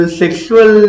sexual